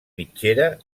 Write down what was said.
mitgera